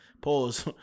Pause